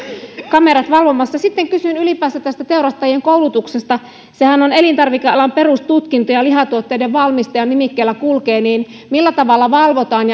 kamerat valvomassa sitten kysyn ylipäänsä tästä teurastajien koulutuksesta sehän on elintarvikealan perustutkinto ja ja lihatuotteiden valmistajan nimikkeellä kulkee millä tavalla valvotaan